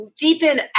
deepen